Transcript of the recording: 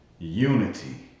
Unity